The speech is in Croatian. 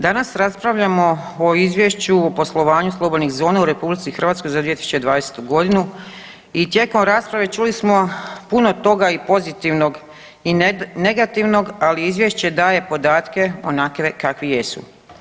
Danas raspravljamo o Izvješću o poslovanju slobodnih zona u RH za 2020. g. i tijekom rasprave čuli smo puno toga i pozitivnog i negativnog, ali Izvješće daje podatke onakve kakvi jesu.